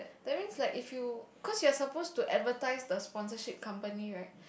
that means like if you cause you're supposed to advertise the sponsorship company right